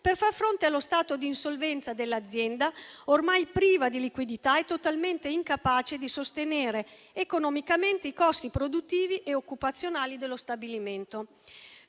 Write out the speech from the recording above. per far fronte allo stato di insolvenza dell'azienda, ormai priva di liquidità e totalmente incapace di sostenere economicamente i costi produttivi e occupazionali dello stabilimento;